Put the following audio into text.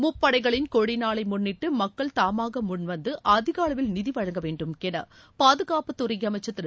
முப்படைகளின் கொடி நாளை முன்னிட்டு மக்கள் தாமாக முன்வந்து அதிக அளவில் நிதி வழங்க வேண்டும் என பாதுகாப்புத்துறை அமைச்சர் திரு